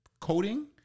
coding